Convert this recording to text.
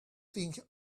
think